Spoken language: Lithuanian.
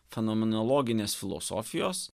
fenomenologinės filosofijos